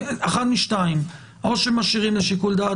אחד משתיים או משאירים לשיקול דעת